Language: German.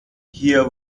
hier